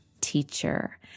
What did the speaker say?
teacher